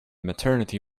maternity